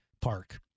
Park